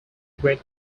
great